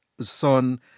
son